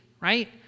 right